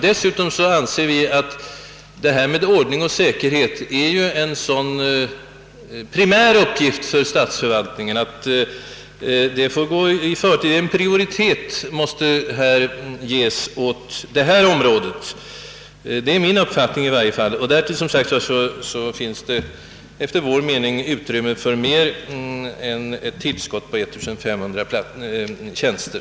Dessutom anser vi att upprätthållandet av ordning och säkerhet är en så primär uppgift för staten att prioritet måste ges åt detta område. Det är i varje fall min uppfattning. Därför måste det, som sagt, efter vår mening finnas utrymme för ett totalt tillskott på mer än 1500 tjänster.